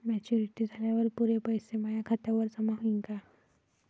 Maturity झाल्यावर पुरे पैसे माया खात्यावर जमा होईन का?